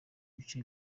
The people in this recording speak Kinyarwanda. bice